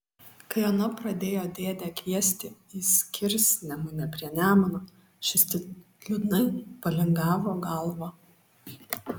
kai ona pradėjo dėdę kviesti į skirsnemunę prie nemuno šis tik liūdnai palingavo galvą